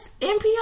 NPR